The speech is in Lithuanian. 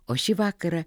o šį vakarą